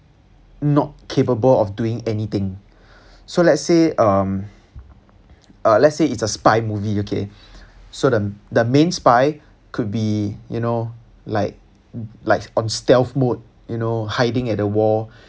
not capable of doing anything so let's say um let's say it's a spy movie okay so the main spy could be you know like like on stealth mode you know hiding at the wall